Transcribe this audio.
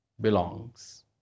belongs